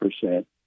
percent